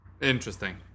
Interesting